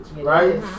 right